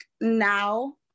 now